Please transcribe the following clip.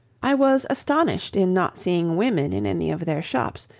i was astonished in not seeing women in any of their shops,